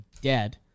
dead